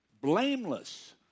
blameless